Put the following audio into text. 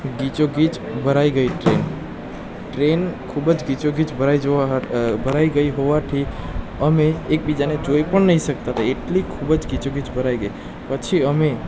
ગીચોગીચ ભરાઈ ગઈ train train ખૂબ જ ગીચોગીચ ભરાઈ જવા ભરાઈ ગઈ હોવાથી અને એકબીજાને જોઈ પણ નહીં શકતાં હતાં એટલી ખૂબ જ ગીચોગીચ ભરાઈ ગઈ પછી અમે